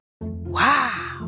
Wow